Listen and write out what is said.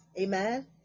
amen